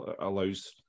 allows